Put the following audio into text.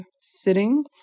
sitting